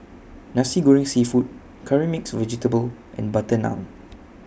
Nasi Goreng Seafood Curry Mixed Vegetable and Butter Naan